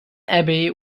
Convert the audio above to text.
abbey